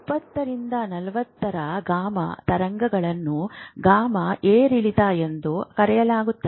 20 ರಿಂದ 40 ರ ಗಾಮಾ ತರಂಗಗಳನ್ನು ಗಾಮಾ ಏರಿಳಿತ ಎಂದು ಕರೆಯಲಾಗುತ್ತದೆ